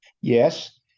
Yes